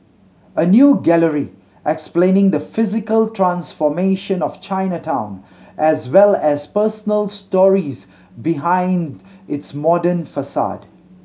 a new gallery explaining the physical transformation of Chinatown as well as personal stories behind its modern facade